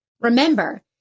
Remember